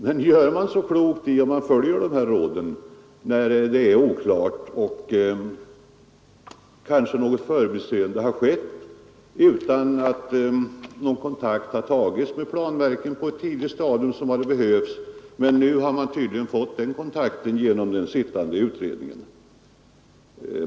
Men gör man så klokt i att följa rådet när, kanske på grund av något förbiseende, kontakt på ett tidigt stadium inte har tagits med planverket? Nu har man tydligen fått den kontakten genom den sittande utredningen.